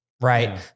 Right